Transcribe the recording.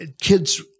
kids